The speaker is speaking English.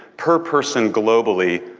per person globally,